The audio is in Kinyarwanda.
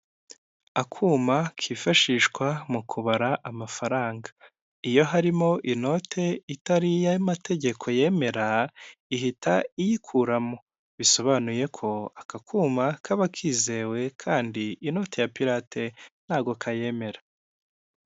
Akuma kifashishwa mu kubara amafaranga, iyo harimo inote itari iyo amategeko yemera ihita iyikuramo, bisobanuye ko aka kuma kaba kizewe kandi inota ya pirate ntago kayemera.